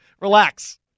Relax